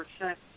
percent